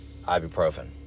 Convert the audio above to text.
ibuprofen